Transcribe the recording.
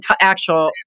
actual